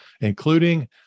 including